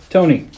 Tony